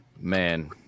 Man